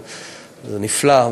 וזה נפלא,